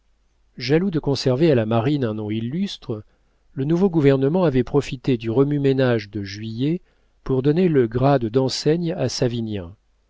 jaloux de conserver à la marine un nom illustre le nouveau gouvernement avait profité du remue-ménage de juillet pour donner le grade d'enseigne à savinien